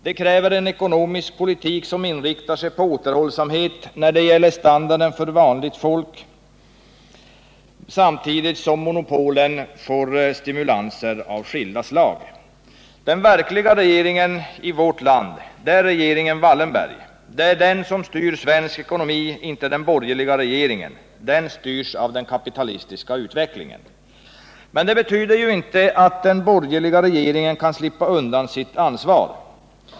Det kräver en ekonomisk politik som inriktar sig på återhållsamhet när det gäller standarden för vanligt folk, samtidigt som monopolen får stimulanser av skilda slag. Den verkliga regeringen i vårt land är regeringen Wallenberg. Det är den som styr svensk politik — inte den borgerliga regeringen; den styrs av den kapitalistiska utvecklingen. Men det betyder ju inte att den borgerliga regeringen kan slippa undan sitt ansvar.